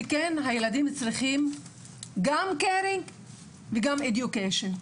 וכן הילדים צריכים גם caring וגם education.